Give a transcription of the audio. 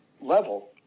level